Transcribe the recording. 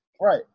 Right